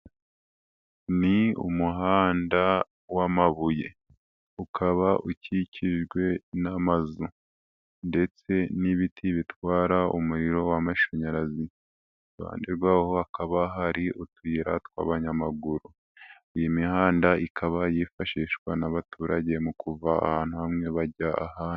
Ni umuhanda w'amabuye, ukaba ukikijwe n'amazu ndetse n'ibiti bitwara umuriro w'amashanyarazi iruhande rwaho hakaba hari utuyira tw'abanyamaguru. Iyi mihanda ikaba yifashishwa n'abaturage mu kuva ahantu hamwe bajya ahandi.